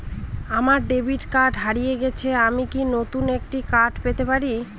আমার ডেবিট কার্ডটি হারিয়ে গেছে আমি কি নতুন একটি কার্ড পেতে পারি?